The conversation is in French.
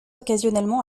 occasionnellement